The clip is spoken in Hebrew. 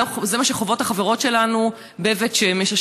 זה מה שחוות החברות שלנו בבית שמש.